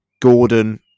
Gordon